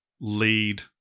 lead